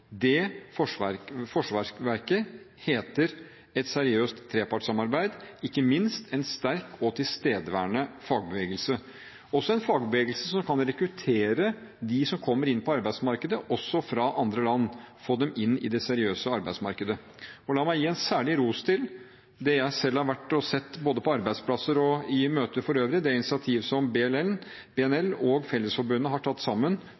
Det forsvarsverket heter et seriøst trepartssamarbeid, ikke minst en sterk og tilstedeværende fagbevegelse – en fagbevegelse som også kan rekruttere dem som kommer inn på arbeidsmarkedet fra andre land, og få dem inn i det seriøse arbeidsmarkedet. La meg gi en særlig ros til noe jeg selv har vært og sett både på arbeidsplasser og i møter for øvrig: det initiativet som BNL og Fellesforbundet har tatt sammen